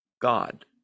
God